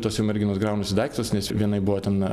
tos jau merginos kraunasi daiktus nes jau vienai buvo ten